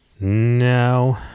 No